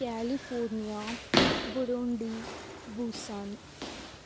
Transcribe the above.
California Burundi Busan